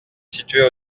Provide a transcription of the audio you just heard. située